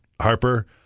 Harper